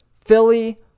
Philly